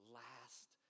last